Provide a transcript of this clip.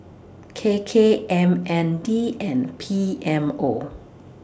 K K M N D and P M O